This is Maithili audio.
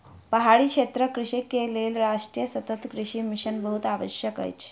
पहाड़ी क्षेत्रक कृषक के लेल राष्ट्रीय सतत कृषि मिशन बहुत आवश्यक अछि